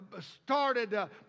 started